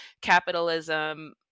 capitalism